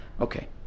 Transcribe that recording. Okay